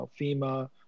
FEMA